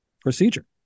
procedure